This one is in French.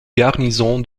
garnison